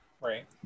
Right